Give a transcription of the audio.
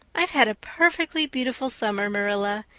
i've had a perfectly beautiful summer, marilla,